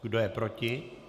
Kdo je proti?